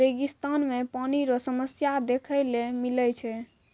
रेगिस्तान मे पानी रो समस्या देखै ले मिलै छै